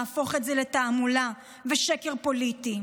להפוך את זה לתעמולה ושקר פוליטי,